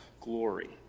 glory